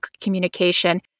communication